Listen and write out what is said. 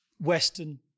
Western